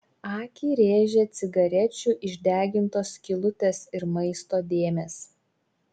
akį rėžė cigarečių išdegintos skylutės ir maisto dėmės